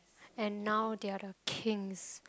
and now they are the kings